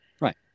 Right